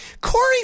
Corey